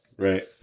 Right